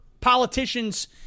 politicians